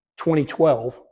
2012